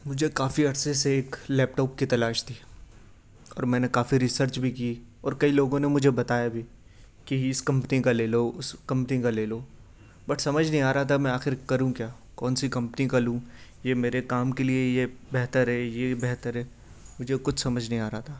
مجھے کافی عرصے سے ایک لیپ ٹاپ کی تلاش تھی اور میں نے کافی ریسرچ بھی کی اور کئی لوگوں نے مجھے بتایا بھی کہ اس کمپنی کا لے لو اس کمپنی کا لے لو بٹ سمجھ نہیں آ رہا تھا میں آخر کروں کیا کون سی کمپنی کا لوں یہ میرے کام کے لیے یہ بہتر ہے یہ بہتر ہے مجھے کچھ سمجھ نہیں آ رہا تھا